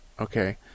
Okay